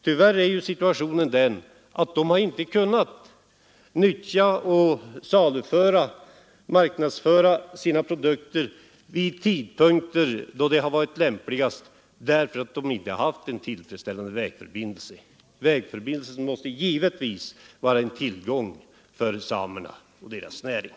Tyvärr har situationen hittills varit den att de inte kunnat saluföra sina produkter vid tidpunkter då det varit lämpligast därför att de inte har haft någon tillfredsställande vägförbindelse. En väg måste givetvis vara en tillgång för samerna och deras näring.